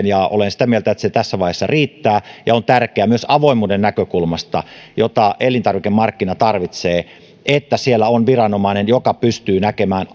ja olen sitä mieltä että se tässä vaiheessa riittää on tärkeää myös avoimuuden näkökulmasta jota elintarvikemarkkina tarvitsee että siellä on viranomainen joka pystyy näkemään